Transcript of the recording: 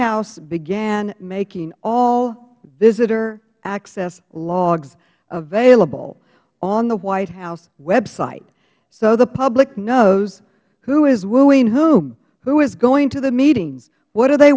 house began making all visitor access logs available on the white house website so the public knows who is wooing whom who is going to the meetings what are they